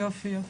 יופי.